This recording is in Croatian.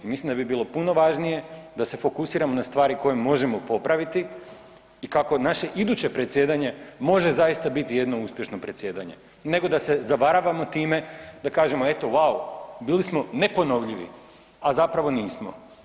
Mislim da bi bilo puno važnije da se fokusiramo na stvari koje možemo popraviti i kako naše iduće predsjedanje može zaista biti jedno uspješno predsjedanje, nego da se zavaravamo time, da kažemo eto wow bili smo neponovljivi, a zapravo nismo.